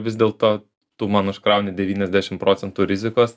vis dėlto tu man užkrauni devyniasdešim procentų rizikos